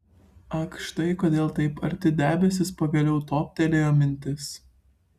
ach štai kodėl taip arti debesys pagaliau toptelėjo mintis